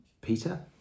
Peter